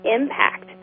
impact